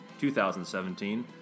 2017